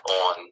on